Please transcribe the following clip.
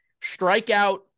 strikeout